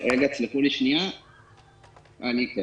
אבל כן